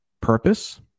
Purpose